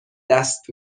دست